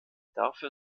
dafür